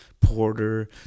Porter